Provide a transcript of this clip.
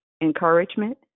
encouragement